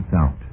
Out